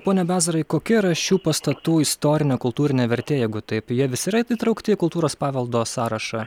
pone bezarai kokia yra šių pastatų istorinė kultūrinė vertė jeigu taip jie visi yra įtraukti į kultūros paveldo sąrašą